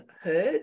heard